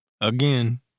again